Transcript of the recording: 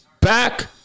back